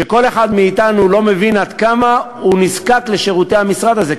שכל אחד מאתנו לא מבין עד כמה הוא נזקק לשירותי המשרד הזה,